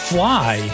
Fly